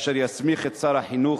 אשר יסמיך את שר החינוך,